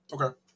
Okay